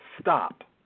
stop